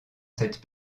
cette